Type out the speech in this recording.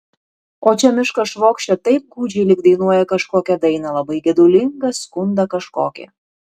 o čia miškas švokščia taip gūdžiai lyg dainuoja kažkokią dainą labai gedulingą skundą kažkokį